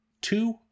Two